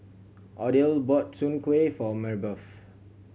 Odile bought Soon Kueh for Marybeth